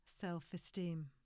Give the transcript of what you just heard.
self-esteem